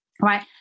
right